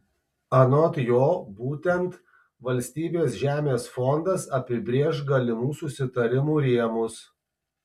anot jo būtent valstybės žemės fondas apibrėš galimų susitarimų rėmus